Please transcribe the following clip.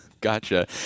Gotcha